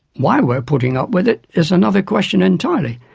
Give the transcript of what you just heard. why we are putting up with it is another question entirely,